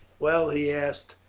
well, he asked,